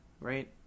right